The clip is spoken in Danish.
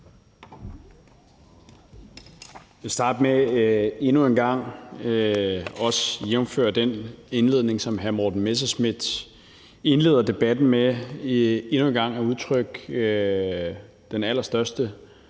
Jeg vil starte med endnu en gang – også jævnfør den begrundelse, som hr. Morten Messerschmidt indleder debatten med – at udtrykke den allerstørste